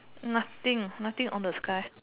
nothing nothing on the sky